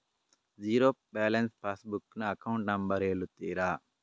Zero balance passbook ನ account number ಹೇಳುತ್ತೀರಾ?